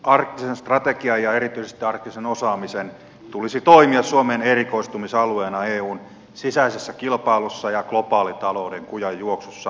arktisen strategian ja erityisesti arktisen osaamisen tulisi toimia suomen erikoistumisalueena eun sisäisessä kilpailussa ja globaalitalouden kujanjuoksussa